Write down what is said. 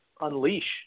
unleash